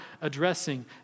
addressing